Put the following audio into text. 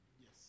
Yes